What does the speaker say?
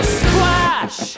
splash